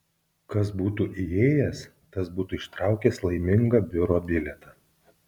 kas būtų įėjęs tas būtų ištraukęs laimingą biuro bilietą